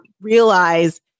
realize